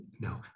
no